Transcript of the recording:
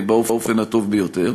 באופן הטוב ביותר.